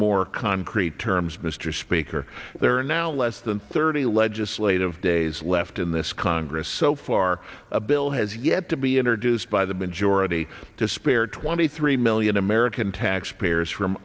more concrete terms mr speaker there are now less than thirty legislative days left in this congress so far a bill has yet to be introduced by the majority to spare twenty three million american taxpayers from